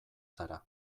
zara